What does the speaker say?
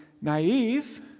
naive